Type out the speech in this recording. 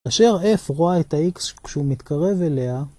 כאשר F רואה את ה-X כשהוא מתקרב אליה,